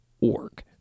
org